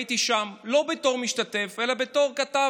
הייתי שם לא בתור משתתף אלא בתור כתב